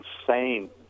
insane